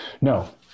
No